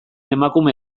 emakume